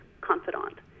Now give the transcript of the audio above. confidant